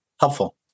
helpful